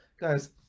Guys